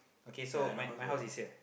ya I know house very long